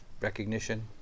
recognition